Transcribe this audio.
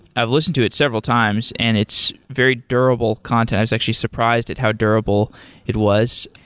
i've listened to it several times and it's very durable contest. i was actually surprised at how durable it was.